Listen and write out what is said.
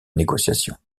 négociations